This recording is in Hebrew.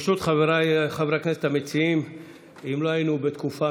ירושלים, הכנסת, שעה